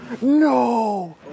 no